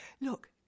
Look